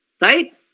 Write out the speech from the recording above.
Right